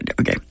Okay